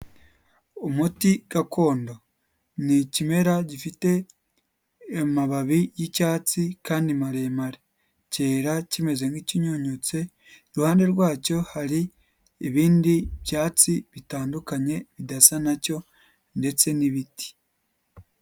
Umuti gakondo, ni ikimera gifite amababi y'icyatsi kandi maremare, cyera kimeze nk'kinyunyutse, iruhande rwacyo hari ibindi byatsi bitandukanye bidasa nacyo ndetse n'ibiti.